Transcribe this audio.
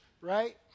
right